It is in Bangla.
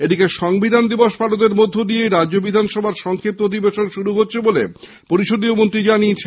এদিকে সংবিধান দিবস পালনের মধ্যে দিয়েই রাজ্য বিধানসভার সংক্ষিপ্ত অধিবেশন শুরু হচ্ছে বলে পরিষদীয় মন্ত্রী জানিয়েছেন